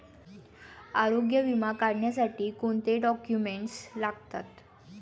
आरोग्य विमा काढण्यासाठी कोणते डॉक्युमेंट्स लागतात?